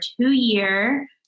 two-year